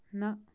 نہ